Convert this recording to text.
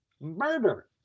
murder